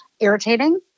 irritating